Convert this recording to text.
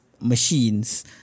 machines